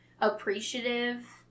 appreciative